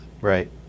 Right